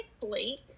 blake